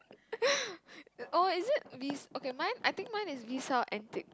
oh is it we okay mine I think mine is we sell antique